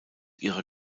ihrer